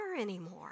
anymore